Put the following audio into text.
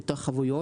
ביטוח חבויות,